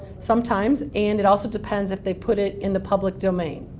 sometimes. and it also depends if they put it in the public domain.